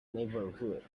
neighborhood